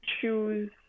choose